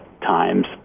times